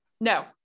no